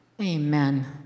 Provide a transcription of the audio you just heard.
Amen